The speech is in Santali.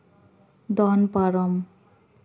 ᱫᱚᱱ ᱯᱟᱨᱚᱢ